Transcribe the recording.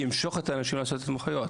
ימשוך את האנשים לעשות התמחויות.